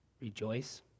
rejoice